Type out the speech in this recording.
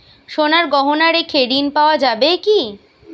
সোনার গহনা রেখে ঋণ পাওয়া যাবে কি?